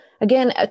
again